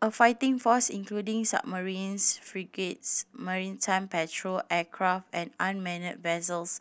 a fighting force including submarines frigates maritime patrol aircraft and unmanned vessels